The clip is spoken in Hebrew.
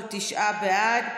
תשעה בעד.